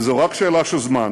וזו רק שאלה של זמן